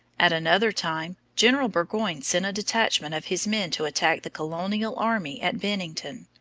at another time, general burgoyne sent a detachment of his men to attack the colonial army at bennington.